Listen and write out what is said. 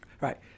Right